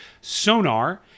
Sonar